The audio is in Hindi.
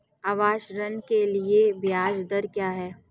आवास ऋण के लिए ब्याज दर क्या हैं?